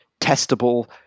testable